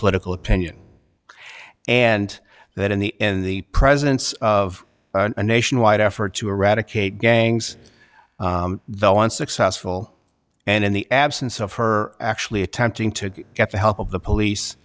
political opinion and that in the end the presence of a nationwide effort to eradicate gangs though unsuccessful and in the absence of her actually attempting to get the help of the police